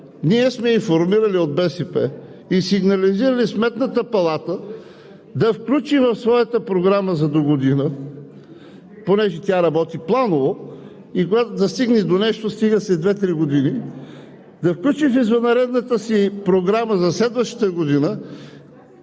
БСП сме информирали и сигнализирали Сметната палата да включи в своята програма за догодина, понеже тя работи планово и за да стигне до нещо, стига след две-три години, да включи в извънредната си програма за следващата година